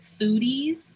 foodies